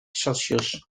celsius